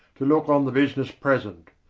to looke on the busines present.